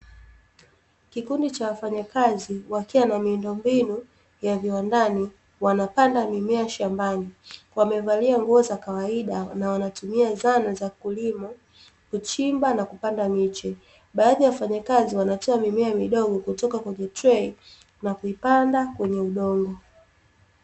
Kikundi cha wafanyakazi wakiwa na miundombinu ya viwandani wanapanda mimea shambani, wamevalia nguo za kawaida na wanatumia zana za kulima, kuchimba na kupanda miche, baadhi ya wafanyakazi wanatoa mimea midogo kutoka kwenye trei na kuipanda kwenye udongo.